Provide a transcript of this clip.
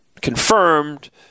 confirmed